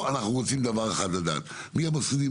עכשיו אנחנו רוצים לדעת דבר אחד: מי המשרדים